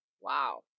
Wow